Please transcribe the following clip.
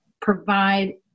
provide